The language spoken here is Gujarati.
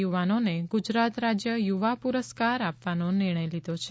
યુવાનોને ગુજરાત રાજ્ય યુવા પુરસ્કાર આપવાનો નિર્ણય લીધો છે